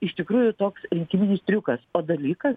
iš tikrųjų toks rinkiminis triukas o dalykas